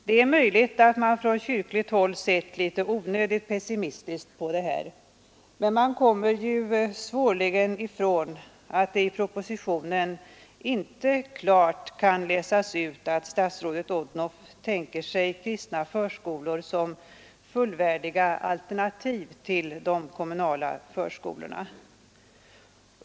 Det är möjligt att man från kyrkligt håll sett litet onödigt pessimistiskt på detta, men man kommer svårligen ifrån att det i propositionen inte klart kan läsas ut att statsrådet Odhnoff tänker sig kristna förskolor som fullvärdiga alternativ till de kommunala förskolorna.